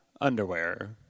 underwear